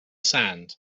sand